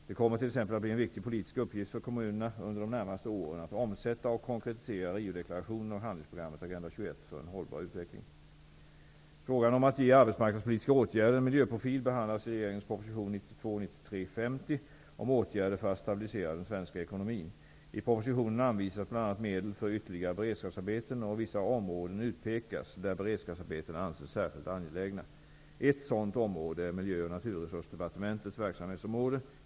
Det kommer t.ex. att bli en viktig politisk uppgift för kommunerna under de närmaste åren att omsätta och konkretisera Riodeklarationen och handlingsprogrammet, Agenda 21, för en hållbar utveckling. Frågan om att ge arbetsmarknadspolitiska åtgärder en miljöprofil behandlas i regeringens proposition medel för ytterligare beredskapsarbeten, och vissa områden utpekas där beredskapsarbeten anses särskilt angelägna. Ett sådant område är Miljö och naturresursdepartementets verksamhetsområde.